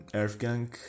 Earthgang